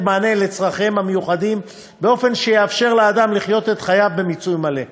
מענה לצורכיהם המיוחדים באופן שיאפשר לאדם לחיות את חייו במיצוי מלא,